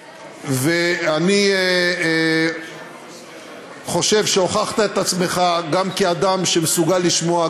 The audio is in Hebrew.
ואני חושב שהוכחת את עצמך גם כאדם שמסוגל לשמוע,